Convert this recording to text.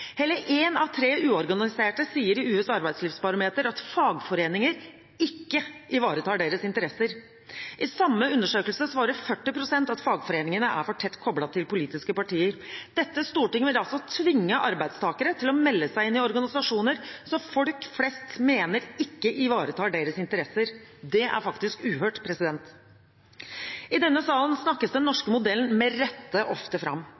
Hele én av tre uorganiserte sier i YS Arbeidslivsbarometer at fagforeninger ikke ivaretar deres interesser. I samme undersøkelse svarer 40 pst. at fagforeningene er for tett koblet til politiske partier. Dette storting vil altså tvinge arbeidstakere til å melde seg inn i organisasjoner som folk selv mener at ikke ivaretar deres interesser. Det er faktisk uhørt. I denne salen snakkes den norske modellen med rette ofte fram.